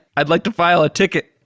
i'd like to file a ticket.